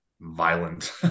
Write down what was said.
violent